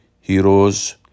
heroes